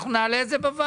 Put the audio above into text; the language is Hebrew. אנחנו נעלה את זה בוועדה.